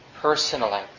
personally